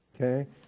okay